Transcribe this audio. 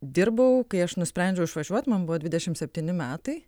dirbau kai aš nusprendžiau išvažiuot man buvo dvidešim septyni metai